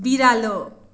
बिरालो